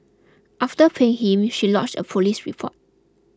after paying him she lodged a police report